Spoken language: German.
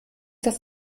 das